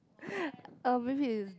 um maybe it's dark